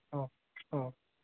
অঁ অঁ